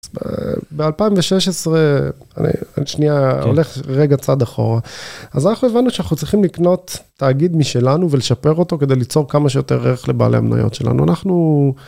א... באלפיים ושש עשרה, א... אני שנייה, הולך רגע צעד אחורה. אז אנחנו הבנו שאנחנו צריכים לקנות תאגיד משלנו ולשפר אותו כדי ליצור כמה שיותר ערך לבעלי המניות שלנו. אנחנו...